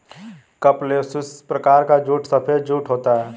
capsularis प्रकार का jute सफेद जूट होता है